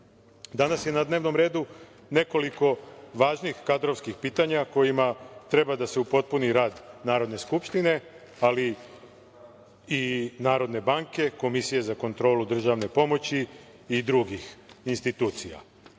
je na dnevnom redu nekoliko važnih kadrovskih pitanja kojima treba da se upotpuni rad Narodne skupštine, ali i Narodne banke, Komisije za kontrolu državne pomoći i drugih institucija. Poslanička